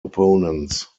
opponents